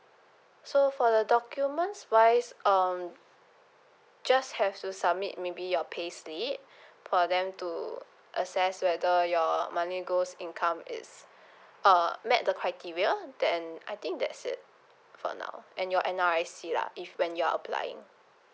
so for the documents wise um just have to submit maybe your payslip for them to assess whether your monthly gross income is uh met the criteria then I think that's it for now and your N_R_I_C lah if when you're applying